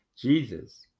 Jesus